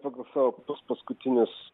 tokius savo tas paskutinis